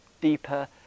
deeper